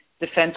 defense